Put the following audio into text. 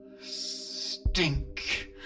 stink